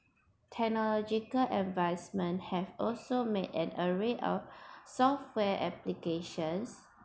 technological advancement has also made an array of software applications